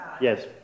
Yes